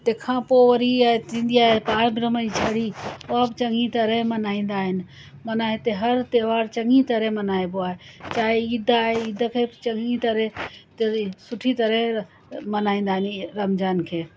तंहिंखां पोइ वरी इहा थींदी आहे पार ब्रह्मा जी छड़ी उहो ब चङी तरह मल्हाईंदा आहिनि माना हिते हर त्योहार चङी तरह मल्हाइबो आहे चाहे ईद आहे ईद खे चङी तरह तरह सुठी तरह मल्हाईंदा आहिनि इहा रमज़ान खे